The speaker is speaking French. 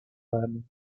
l’âme